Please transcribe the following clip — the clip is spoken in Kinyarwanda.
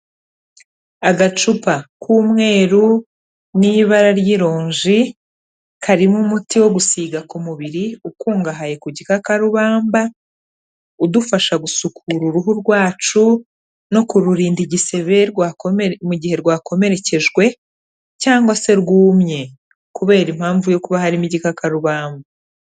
Agacupa k'umweru n'ibara ry'ironji, karimo umuti wo gusiga ku mubiri ukungahaye ku gikakarubamba, udufasha gusukura uruhu rwacu no kururinda igisebe mu gihe rwakomerekejwe cyangwa se rwumye. Kubera impamvu yo kuba harimo igikakarubamba.